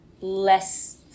less